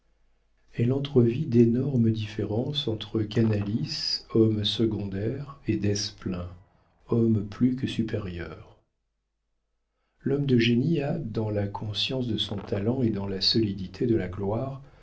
elle entrevit d'énormes différences entre canalis homme secondaire et desplein homme plus que supérieur l'homme de génie a dans la conscience de son talent et dans la solidité de la gloire